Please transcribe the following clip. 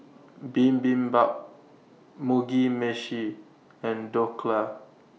Bibimbap Mugi Meshi and Dhokla